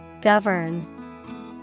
Govern